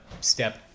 step